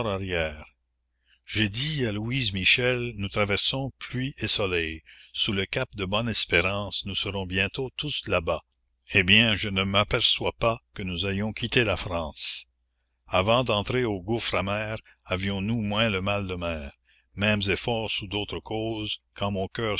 j'ai dit à louise michel nous traversons pluie et soleil sous le cap de bonne espérance nous serons bientôt tous là-bas eh bien je ne m'aperçois pas que nous ayons quitté la france avant d'entrer au gouffre amer avions-nous moins le mal de mer mêmes efforts sous d'autres causes quand mon cœur